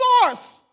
source